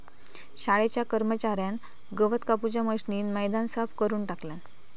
शाळेच्या कर्मच्यार्यान गवत कापूच्या मशीनीन मैदान साफ करून टाकल्यान